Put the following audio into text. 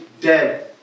dead